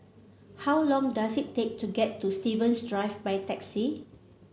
how long does it take to get to Stevens Drive by taxi